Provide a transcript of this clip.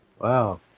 wow